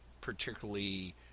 particularly